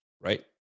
right